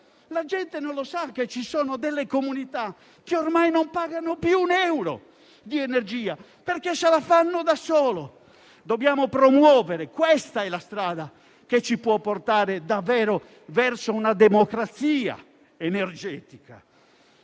Le persone non sanno che ci sono comunità che ormai non pagano più un euro di energia, perché se la fanno da soli. Dobbiamo promuovere: questa è la strada che ci può portare davvero verso una democrazia energetica.